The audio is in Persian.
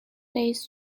رییس